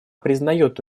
признает